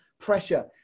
pressure